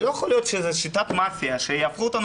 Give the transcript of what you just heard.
ולא יכול להיות שזאת שיטת מאפיה שיפכו אותנו